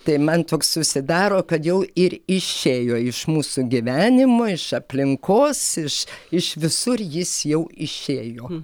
tai man toks susidaro kad jau ir išėjo iš mūsų gyvenimo iš aplinkos iš iš visur jis jau išėjo